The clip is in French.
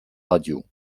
radios